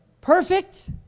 perfect